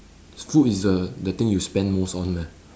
food is the the thing you spend most on meh